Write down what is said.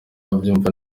abyumva